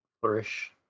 Flourish